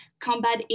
combat